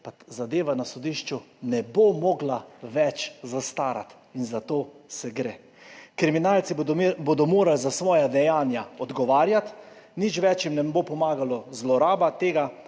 pa zadeva na sodišču ne bo več mogla zastarati. Za to gre. Kriminalci bodo morali za svoja dejanja odgovarjati. Nič več jim ne bo pomagala zloraba tega